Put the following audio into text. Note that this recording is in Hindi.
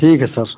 ठीक है सर